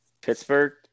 Pittsburgh